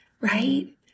right